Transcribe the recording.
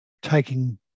taking